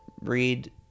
read